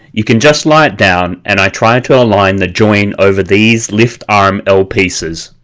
you can just lie it down and i try and to align the join over these lift arm l pieces.